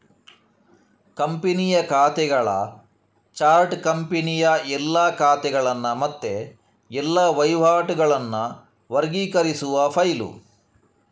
ಕಂಪನಿಯ ಖಾತೆಗಳ ಚಾರ್ಟ್ ಕಂಪನಿಯ ಎಲ್ಲಾ ಖಾತೆಗಳನ್ನ ಮತ್ತೆ ಎಲ್ಲಾ ವಹಿವಾಟುಗಳನ್ನ ವರ್ಗೀಕರಿಸುವ ಫೈಲು